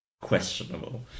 questionable